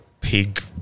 Pig